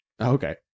Okay